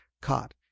caught